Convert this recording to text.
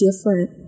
different